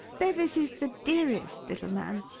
bevis is the dearest little man!